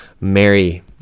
Mary